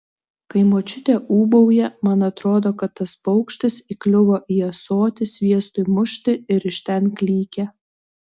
kai močiutė ūbauja man atrodo kad tas paukštis įkliuvo į ąsotį sviestui mušti ir iš ten klykia